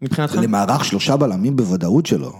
למערך שלושה בלמים בוודאות שלא